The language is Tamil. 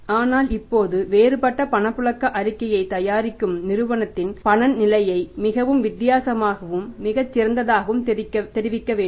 ஆனால் இப்போது வேறுபட்ட பணப்புழக்க அறிக்கையைத் தயாரிக்கும் நிறுவனத்தின் பண நிலையை மிகவும் வித்தியாசமாகவும் மிகச் சிறந்ததாகவும் தெரிவிக்க வேண்டும்